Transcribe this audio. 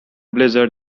blizzard